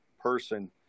person